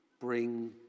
bring